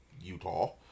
Utah